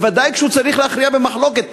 בוודאי כשהוא צריך להכריע במחלוקת.